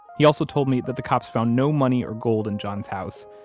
he also told me that the cops found no money or gold in john's house.